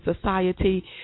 society